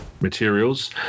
materials